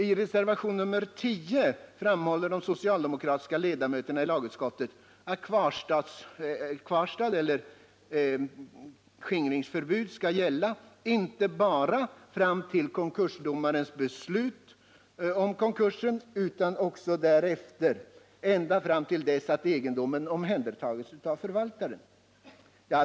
I reservationen 10 framhåller de socialdemokratiska ledamöterna i lagutskottet att beslut om kvarstad eller skingringsförbud skall gälla inte bara fram till konkursdomarens beslut om konkursen utan också därefter ända fram till dess att egendomen omhändertagits av förvaltaren.